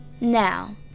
Now